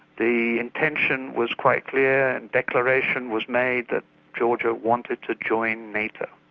the intention was quite clear and declaration was made that georgia wanted to join nato.